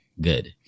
good